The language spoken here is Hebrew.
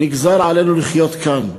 נגזר עלינו לחיות כאן,